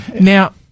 Now